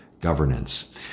governance